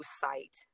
sight